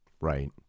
Right